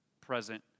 present